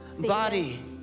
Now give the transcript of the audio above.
body